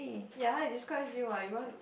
ya it describes you what you want